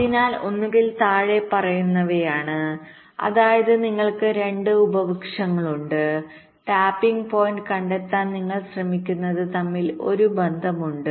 അതിനാൽ ഒന്നുകിൽ താഴെ പറയുന്നവയാണ് അതായത് നിങ്ങൾക്ക് 2 ഉപവൃക്ഷങ്ങളുണ്ട് ടാപ്പിംഗ് പോയിന്റ്കണ്ടെത്താൻ നിങ്ങൾ ശ്രമിക്കുന്നത് തമ്മിൽ ഒരു ബന്ധമുണ്ട്